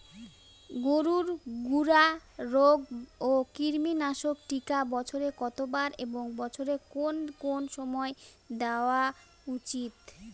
গরুর খুরা রোগ ও কৃমিনাশক টিকা বছরে কতবার এবং বছরের কোন কোন সময় দেওয়া উচিৎ?